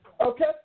Okay